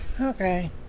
okay